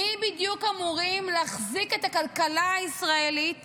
מי בדיוק אמורים להחזיק את הכלכלה הישראלית